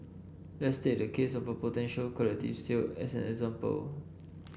let's take the case of potential collective sale as an example